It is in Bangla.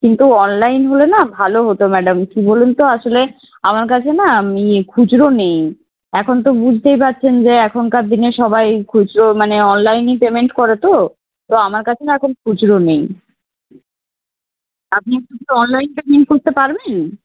কিন্তু অনলাইন হলে না ভালো হতো ম্যাডাম কী বলুন তো আসলে আমার কাছে না ই খুচরো নেই এখন তো বুঝতেই পারছেন যে এখনকার দিনে সবাই খুচরো মানে অনলাইনই পেমেন্ট করে তো তো আমার কাছে না এখন খুচরো নেই আপনি একটু অনলাইন পেমেন্ট করতে পারবেন